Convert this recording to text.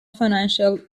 financial